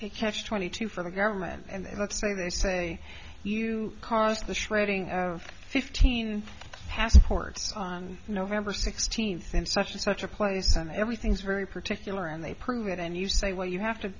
catch twenty two for the government and let's say they say you cars the shredding fifteen passports on november sixteenth and such and such a place and everything's very particular and they prove it and you say well you have to